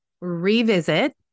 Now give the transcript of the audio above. revisit